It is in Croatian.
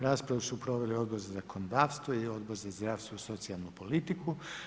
Raspravi su proveli Odbor za zakonodavstvo i Odbor za zdravstvo i socijalnu politiku.